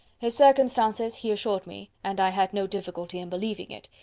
his circumstances, he assured me, and i had no difficulty in believing it,